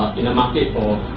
in the market for